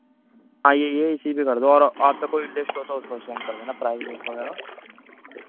हाँ यह यह इसी पर कर दो और और तो कोई लिश्ट हो तो उसको सेंड कर देना प्राइज़ लिस्ट वगैरह ठीक